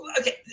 okay